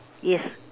yes